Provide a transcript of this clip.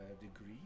degree